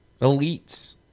elites